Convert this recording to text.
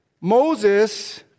Moses